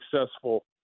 successful